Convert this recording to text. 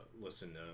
listen